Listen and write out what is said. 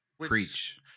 Preach